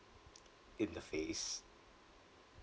in the face